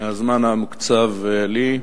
מהזמן המוקצב לי,